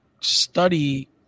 study